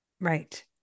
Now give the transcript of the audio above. Right